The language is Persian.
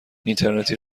اینترنتی